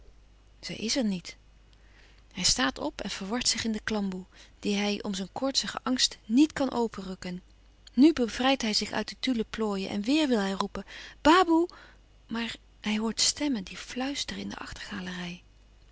zij is er niet hij staat op en verwart zich in de klamboe die hij om zijn koortsigen angst nièt kan openrukken nu bevrijdt hij zich uit de tulle plooien en weêr wil hij roepen baboe maar hij hoort stemmen die fluisteren in de achtergalerij